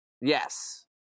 Yes